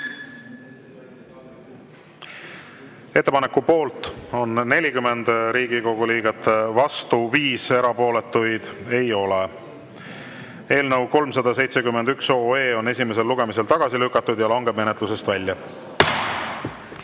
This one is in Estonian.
Ettepaneku poolt on 40 Riigikogu liiget, vastu 5, erapooletuid ei ole. Eelnõu 371 on esimesel lugemisel tagasi lükatud ja langeb menetlusest